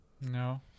No